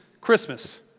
Christmas